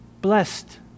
Blessed